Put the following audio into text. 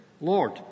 Lord